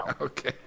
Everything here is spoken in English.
Okay